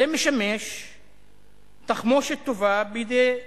זה משמש תחמושת טובה בידי,